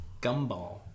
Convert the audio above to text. Gumball